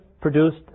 produced